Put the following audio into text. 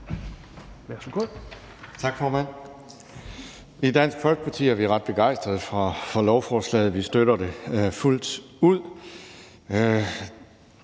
Tak, formand. I Dansk Folkeparti er vi ret begejstrede for lovforslaget – vi støtter det fuldt ud.